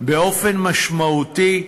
באופן משמעותי,